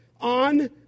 on